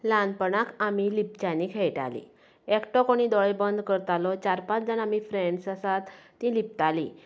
ल्हानपणांत आमी लिपच्यांनी खेळटालीं एकटो कोणी दोळे बंद करतालो चार पांच जांणा आमी फ्रेंड्स आसात तीं लिपतालीं